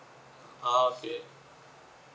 ah okay